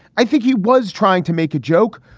i think he was trying to make a joke.